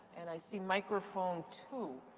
and i see microphone two.